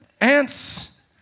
ants